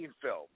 film